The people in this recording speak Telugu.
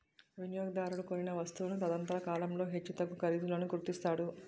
వినియోగదారుడు కొనిన వస్తువును తదనంతర కాలంలో హెచ్చుతగ్గు ఖరీదులను గుర్తిస్తాడు